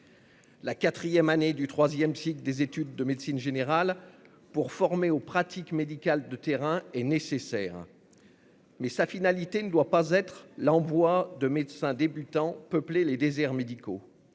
La quatrième année du troisième cycle des études de médecine générale, destinée à former aux pratiques médicales de terrain, est nécessaire. Sa finalité ne doit pas être l'envoi de médecins débutants afin de peupler les déserts médicaux.